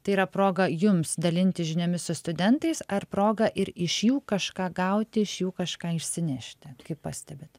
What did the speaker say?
tai yra proga jums dalintis žiniomis su studentais ar proga ir iš jų kažką gauti iš jų kažką išsinešti kaip pastebit